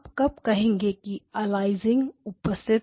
आप कब कहेंगे कि अलियासिंग उपस्थित है